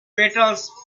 petals